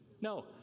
No